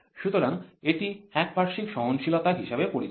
সুতরাং এটি একপার্শ্বিক সহনশীলতা হিসাবে পরিচিত